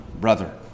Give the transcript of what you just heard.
brother